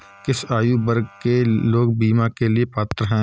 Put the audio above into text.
किस आयु वर्ग के लोग बीमा के लिए पात्र हैं?